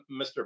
Mr